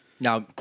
Now